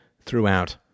throughout